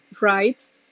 rights